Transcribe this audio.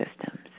systems